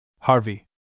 Harvey